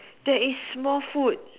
there is small foot